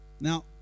Now